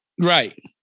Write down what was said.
Right